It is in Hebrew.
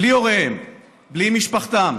בלי הוריהם, בלי משפחתם?